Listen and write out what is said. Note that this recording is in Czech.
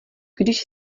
když